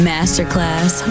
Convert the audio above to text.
Masterclass